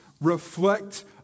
reflect